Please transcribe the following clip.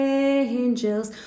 angels